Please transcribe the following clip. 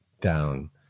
down